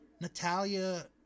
Natalia